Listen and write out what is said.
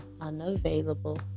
unavailable